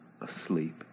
asleep